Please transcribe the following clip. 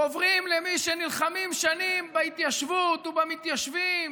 חוברים למי שנלחמים שנים בהתיישבות ובמתיישבים,